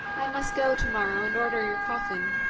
i must go to-morrow and order your coffin